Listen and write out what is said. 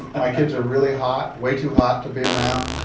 my kids are really hot, way too hot to be around.